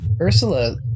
Ursula